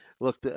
look